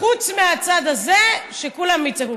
חוץ מהצד הזה, שכולם יצעקו.